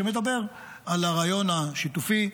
שמדבר על הרעיון השיתופי,